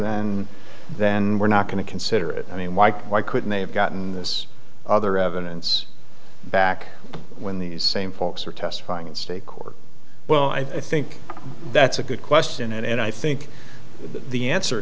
then then we're not going to consider it i mean like why couldn't they have gotten this other evidence back when these same folks are testifying in state court well i think that's a good question and i think the answer